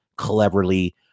cleverly